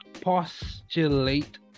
postulate